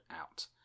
out